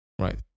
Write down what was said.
Right